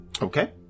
Okay